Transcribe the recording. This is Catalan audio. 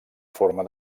forma